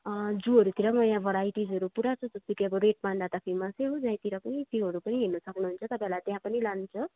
जूहरूतिर यहाँ भेराइटिसहरू पुरा छ जस्तो कि अब रेड पान्डा त फेमसै हो जाहीँतिर पनि त्योहरू पनि हर्न सक्नु हुन्छ तपाईँलाई त्यहाँ पनि लान्छ